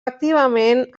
activament